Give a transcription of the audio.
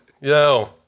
yo